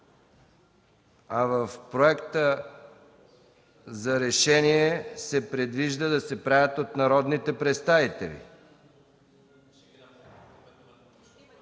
а в проекта за решение се предвижда предложенията да се правят от народните представители.